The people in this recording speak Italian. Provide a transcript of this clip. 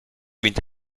vinto